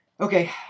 Okay